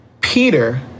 Peter